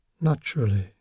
naturally